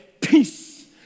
peace